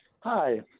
Hi